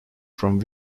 from